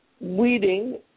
weeding